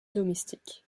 domestique